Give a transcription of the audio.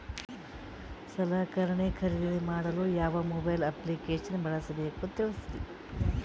ಸಲಕರಣೆ ಖರದಿದ ಮಾಡಲು ಯಾವ ಮೊಬೈಲ್ ಅಪ್ಲಿಕೇಶನ್ ಬಳಸಬೇಕ ತಿಲ್ಸರಿ?